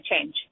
change